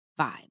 vibe